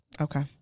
Okay